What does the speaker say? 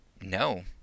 no